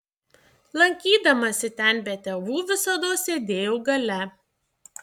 lankydamasi ten be tėvų visados sėdėjau gale